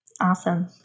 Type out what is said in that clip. Awesome